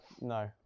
no